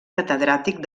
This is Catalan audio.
catedràtic